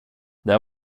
det